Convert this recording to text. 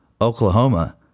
Oklahoma